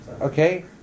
Okay